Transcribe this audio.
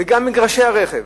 וגם מגרשי הרכב,